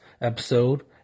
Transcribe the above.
episode